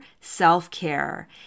self-care